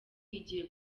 igiye